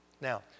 Now